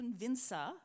convincer